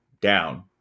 down